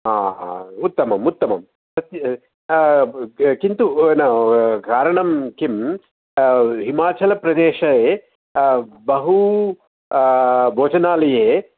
हा हा उत्तमम् उत्तमं तस्य किन्तु न कारणं किं हिमाचलप्रदेशे बहु भोजनालये